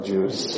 Jews